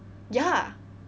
ya